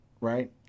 right